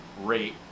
rate